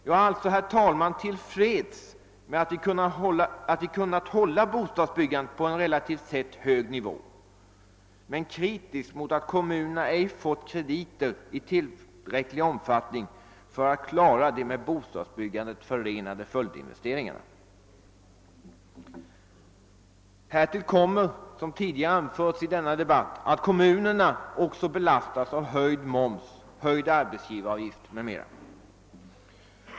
Jag är alltså till freds med att vi kunnat hålla bostadsbyggandet på en relativt sett hög nivå men kritisk mot att kommunerna inte fått krediter i tillräcklig omfattning för att klara de med bostadsbyggandet förenade följdinvesteringarna. Härtill kommer att kommunerna också belastas av höjd moms, höjd arbetsgivaravgift m.m.